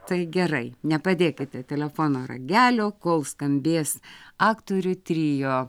tai gerai nepadėkite telefono ragelio kol skambės aktorių trio